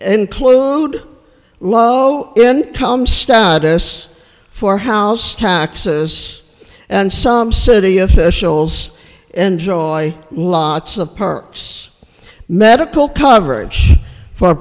include low income status for house taxes and some city officials enjoy lots of parks medical coverage for